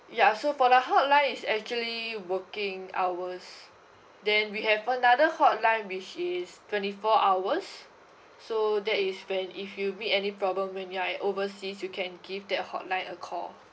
ya so for the hotline is actually working hours then we have another hotline which is twenty four hours so that is when if you meet any problem when you're at overseas you can give that hotline a call